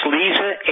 Lisa